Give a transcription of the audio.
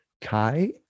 Kai